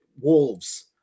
Wolves